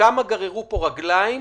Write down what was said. כמה גררו פה רגליים,